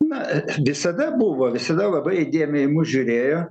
na visada buvo visada labai įdėmiai į mus žiūrėjo